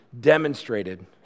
Demonstrated